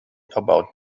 about